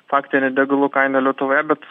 faktinę degalų kainą lietuvoje bet